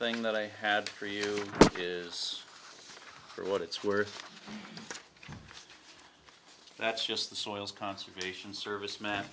thing that i have for you is for what it's worth that's just the soil conservation service ma